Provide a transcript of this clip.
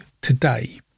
today